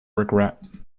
regret